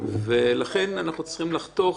לכן אנחנו צריכים לחתוך